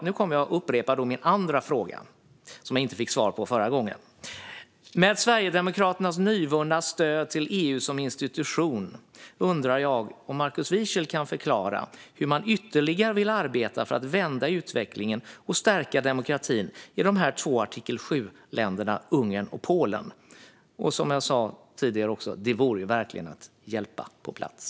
Nu kommer jag att upprepa min andra fråga, som jag inte fick svar på förra gången. Med anledning av Sverigedemokraternas plötsliga stöd till EU som institution undrar jag om Markus Wiechel kan förklara hur man ytterligare vill arbeta för att vända utvecklingen och stärka demokratin i de här två artikel 7-länderna, alltså Ungern och Polen. Som jag sa tidigare vore det verkligen att hjälpa på plats.